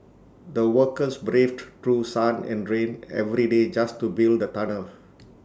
the workers braved through sun and rain every day just to build the tunnel